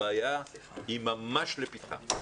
הבעיה היא ממש לפתחם.